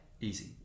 easy